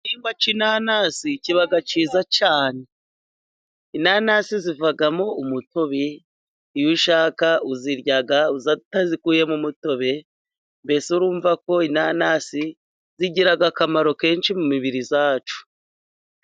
Igihingwa cy'inanasi kiba cyiza cyane. Inanasi zivamo umutobe, iyo ushaka uzirya utazikuyemo umutobe. Mbese urumva ko inanasi zigira akamaro kenshi mu mibiri yacu.